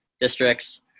districts